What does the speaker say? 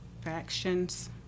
factions